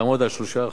תעמוד על 3%,